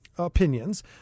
opinions